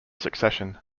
succession